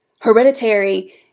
Hereditary